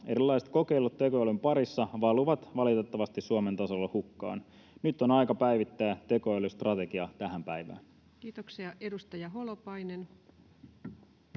erilaiset kokeilut tekoälyn parissa valuvat valitettavasti Suomen tasolla hukkaan. Nyt on aika päivittää tekoälystrategia tähän päivään. [Speech 127] Speaker: